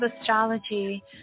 astrology